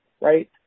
right